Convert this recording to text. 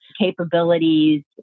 capabilities